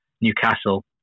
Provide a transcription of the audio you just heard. Newcastle